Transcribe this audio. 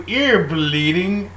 ear-bleeding